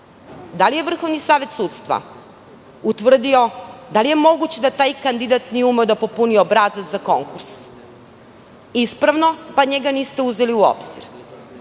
Da li je Vrhovni savet sudstva utvrdio da li je moguće da taj kandidat nije umeo da popuni obrazac za konkurs ispravno, pa njega niste uzeli u